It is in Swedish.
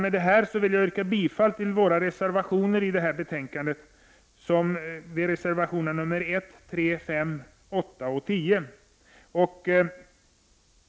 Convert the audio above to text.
Med detta vill jag yrka bifall till våra reservationer till detta betänkande, reservationerna 1, 3, 5, 8 och 10.